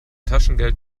taschengeld